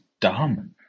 dumb